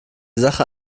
sache